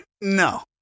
no